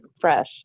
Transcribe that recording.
fresh